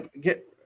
Get